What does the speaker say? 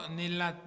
nella